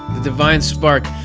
the divine spark.